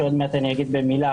שעוד מעט אני אגיד במילה